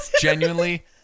genuinely